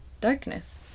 darkness